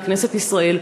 מכנסת ישראל,